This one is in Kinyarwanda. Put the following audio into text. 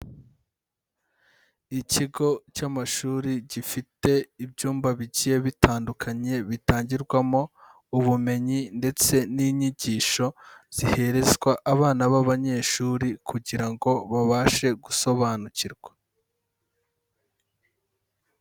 Ikigo cy'amashuri gifite ibyumba bigiye bitandukanye bitangirwamo ubumenyi ndetse n'inyigisho ziherezwa abana b'abanyeshuri kugira ngo babashe gusobanukirwa.